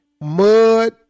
mud